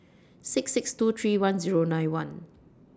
six six two three one Zero nine one